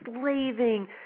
slaving